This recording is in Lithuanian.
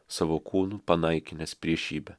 savo kūnu panaikinęs priešybę